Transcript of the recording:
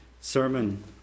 sermon